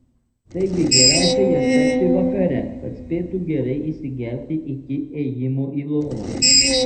taigi geriausia jas tepti vakare kad spėtų gerai įsigerti iki ėjimo į lovą